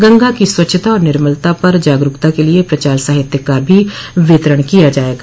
गंगा की स्वच्छता और निर्मलता पर जागरूकता के लिये प्रचार साहित्य का भी वितरण किया जायेगा